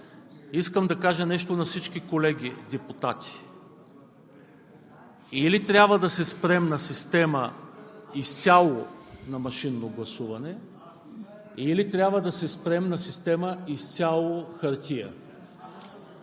Искам да кажа нещо на всички колеги депутати – или трябва да се спрем на система изцяло на машинно гласуване, или трябва да се спрем на система изцяло хартия.